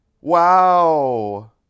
Wow